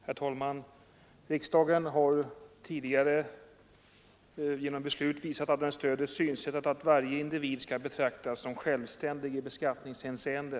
Herr talman! Riksdagen har genom tidigare beslut visat att den stöder synsättet att varje individ skall betraktas som självständig i beskattningshänseende.